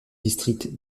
districts